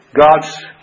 God's